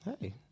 Hey